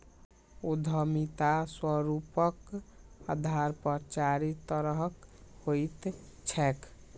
उद्यमिता स्वरूपक आधार पर चारि तरहक होइत छैक